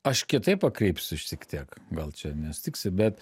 aš kitaip pakreipsiu siek tiek gal čia nesutiksi bet